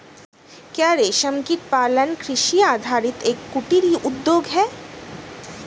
क्या रेशमकीट पालन कृषि आधारित एक कुटीर उद्योग है?